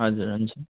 हजुर हुन्छ